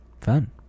Fun